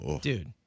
Dude